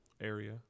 area